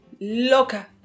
loca